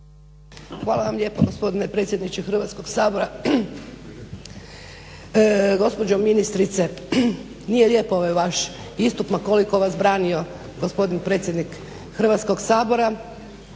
Hvala vam lijepa gospodine predsjedniče Hrvatskoga sabora. Gospođo ministrice, nije lijep ovaj vaš istup ma koliko vas branio gospodin predsjednik Hrvatskog sabora.